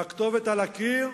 והכתובת על הקיר,